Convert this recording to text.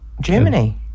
Germany